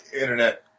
Internet